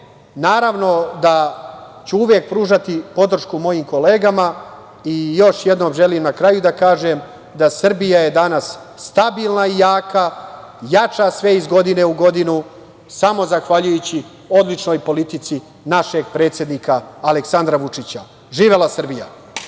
naravno da ću uvek pružati podršku mojim kolegama i još jednom želim na kraju da kažem da Srbija je danas stabilna i jaka, jača sve iz godine u godinu samo zahvaljujući odličnoj politici našeg predsednika Aleksandra Vučića. Živela Srbija!